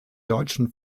deutschen